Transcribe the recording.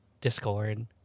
Discord